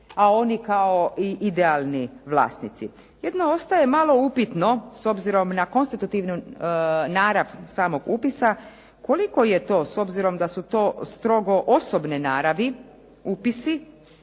a oni kao idealni vlasnici. Jedino ostaje malo upitno s obzirom na konstitutivnu narav samog upisa koliko je to s obzirom da su to strogo osobne naravi upisi.